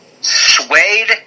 Suede